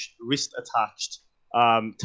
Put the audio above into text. wrist-attached